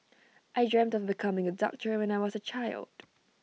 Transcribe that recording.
I dreamt of becoming A doctor when I was A child